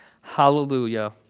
Hallelujah